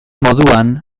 moduan